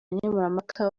nkemurampaka